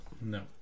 no